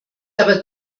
aber